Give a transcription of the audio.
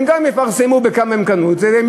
הם גם יפרסמו בכמה הם קנו את זה והצרכנים